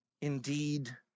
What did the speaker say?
indeed